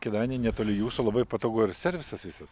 kėdainiai netoli jūsų labai patogu ir servisas visas